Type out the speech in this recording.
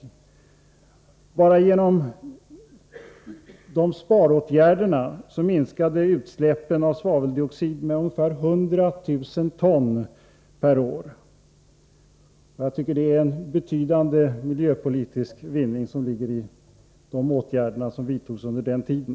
Enbart genom de sparåtgärderna minskade utsläppen av svaveldioxid med ungefär 100 000 ton per år. En betydande miljöpolitisk vinning ligger i de åtgärder som vidtogs under den tiden.